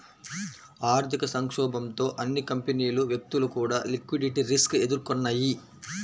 ఆర్థిక సంక్షోభంతో అన్ని కంపెనీలు, వ్యక్తులు కూడా లిక్విడిటీ రిస్క్ ఎదుర్కొన్నయ్యి